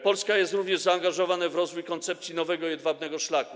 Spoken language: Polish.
Polska jest również zaangażowana w rozwój koncepcji nowego jedwabnego szlaku.